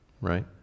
Right